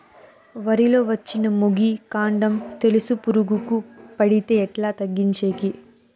వరి లో వచ్చిన మొగి, కాండం తెలుసు పురుగుకు పడితే ఎట్లా తగ్గించేకి?